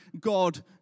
God